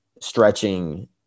stretching